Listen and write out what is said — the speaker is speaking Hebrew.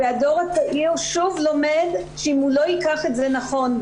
והדור הצעיר שוב לומד שאם הוא לא ייקח את זה נכון,